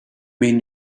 mean